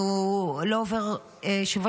לא עובר שבוע